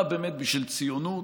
בא באמת בשביל ציונות.